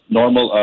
normal